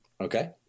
okay